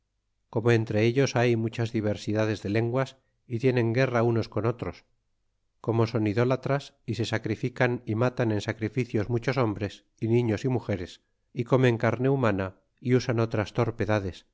como entre ellos hay muchas diversidades de lenguas y tienen guerra unos con otros como son idólatras y se sacrifican y matan en sacrificios muchos hombres e niños y mugeres y comen carne humana y usan otras